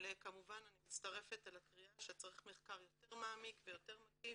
אבל כמובן אני מצטרפת לקריאה שצריך מחקר יותר מעמיק ויותר מקיף,